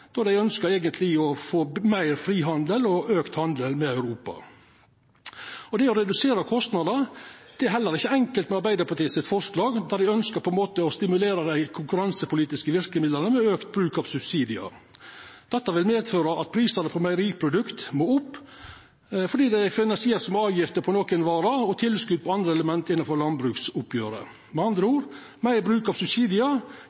då dei ønskjer å få meir frihandel og auka handel med Europa. Det å redusera kostnadene er heller ikkje enkelt med Arbeidarpartiet sitt forslag, då dei ønskjer å stimulera dei konkurransepolitiske verkemidla med auka bruk av subsidiar. Dette vil medføra at prisane på meieriprodukt må opp, fordi dei er finansierte ved avgifter på nokre varer og tilskot på andre element innanfor landbruksoppgjeret. Med andre